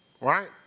Right